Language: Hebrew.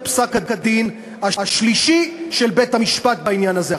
פסק-הדין השלישי של בית-המשפט בעניין הזה.